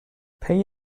pay